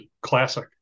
classic